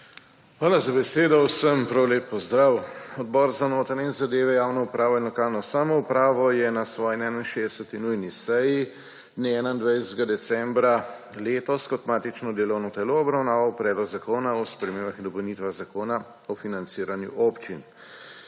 Hvala za besedo. Vsem prav lep pozdrav! Odbor za notranje zadeve, javno upravo in lokalno samoupravo je na svoji 61. nujni seji dne 21. decembra letos kot matično delovno telo obravnaval Predlog zakona o spremembah in dopolnitvah Zakona o financiranju občin.